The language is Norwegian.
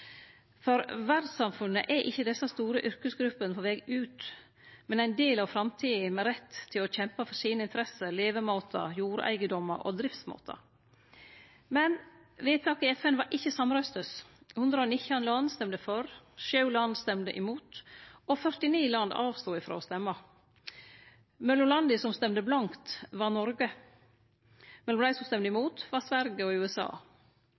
For verdssamfunnet er ikkje desse store yrkesgruppene på veg ut, men ein del av framtida, med rett til å kjempe for sine interesser, levemåtar, jordeigedomar og driftsmåtar. Men vedtaket i FN var ikkje samrøystes: 119 land røysta for, 7 land røysta imot, og 49 land avstod frå å røyste. Mellom landa som røysta blankt, var Noreg. Mellom dei som røysta imot, var Sverige og USA.